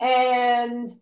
and